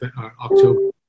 October